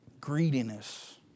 greediness